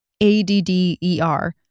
A-D-D-E-R